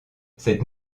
cette